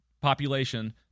population